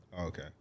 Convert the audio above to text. Okay